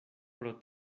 pro